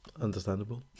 Understandable